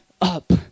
up